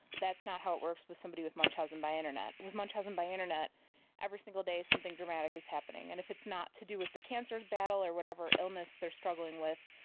that's not how it works with somebody with munchausen by internet. with munchausen by internet every single day something dramatic is happening, and if it's not to do with the cancer battle or whatever illness they are struggling with,